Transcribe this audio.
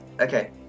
Okay